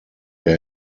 der